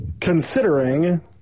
considering